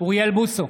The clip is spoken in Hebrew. אוריאל בוסו,